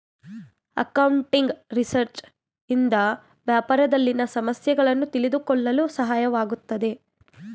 accounting research ಇಂದ ವ್ಯಾಪಾರದಲ್ಲಿನ ಸಮಸ್ಯೆಗಳನ್ನು ತಿಳಿದುಕೊಳ್ಳಲು ಸಹಾಯವಾಗುತ್ತದೆ